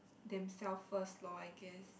them self first loh I guess